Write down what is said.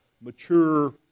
mature